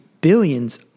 billions